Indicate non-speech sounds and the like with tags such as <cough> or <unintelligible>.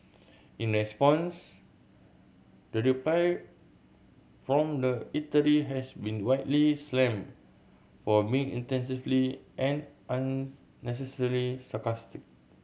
in response the reply from the eatery has been widely slammed for being <unintelligible> and unnecessarily sarcastic